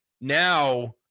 now